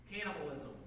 Cannibalism